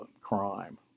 crime